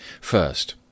First